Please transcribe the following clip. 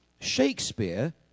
Shakespeare